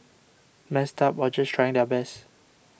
messed up or just trying their best